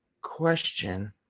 question